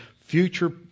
future